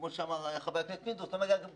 כמו שאמר חה"כ פינדרוס ל-20%.